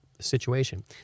situation